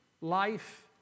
Life